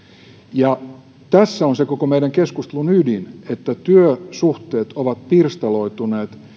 ja tässä on koko meidän keskustelumme ydin että työsuhteet ovat pirstaloituneet